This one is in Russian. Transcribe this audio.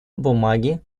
бумаги